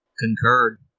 concurred